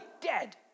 dead